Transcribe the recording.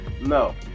no